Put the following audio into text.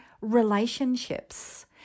relationships